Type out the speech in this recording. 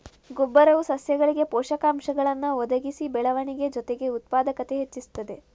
ಗೊಬ್ಬರವು ಸಸ್ಯಗಳಿಗೆ ಪೋಷಕಾಂಶಗಳನ್ನ ಒದಗಿಸಿ ಬೆಳವಣಿಗೆ ಜೊತೆಗೆ ಉತ್ಪಾದಕತೆ ಹೆಚ್ಚಿಸ್ತದೆ